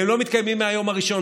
הם לא מתקיימים מהיום הראשון.